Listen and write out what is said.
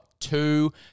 two